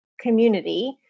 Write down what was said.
community